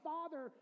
Father